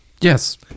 Yes